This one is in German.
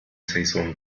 saison